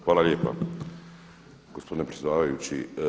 Hvala lijepa gospodine predsjedavajući.